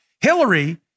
Hillary